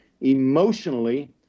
emotionally